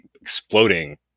exploding